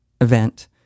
event